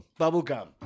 Bubblegum